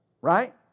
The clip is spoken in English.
right